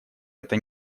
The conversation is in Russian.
это